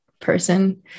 person